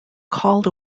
called